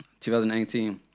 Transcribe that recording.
2018